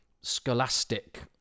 scholastic